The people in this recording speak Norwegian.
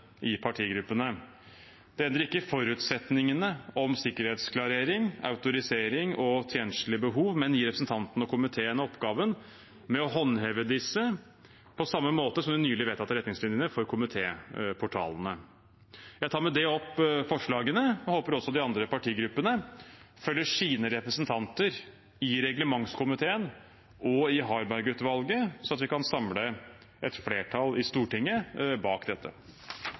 i partigruppene. Det endrer ikke forutsetningene om sikkerhetsklarering, autorisering og tjenstlig behov, men gir representantene og komiteen oppgaven med å håndheve disse, på samme måte som de nylig vedtatte retningslinjene for komitéportalene. Jeg tar med det opp forslagene og håper også de andre partigruppene følger sine representanter i reglementskomiteen og i Harberg-utvalget, sånn at vi kan samle et flertall i Stortinget bak dette.